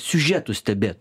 siužetus stebėt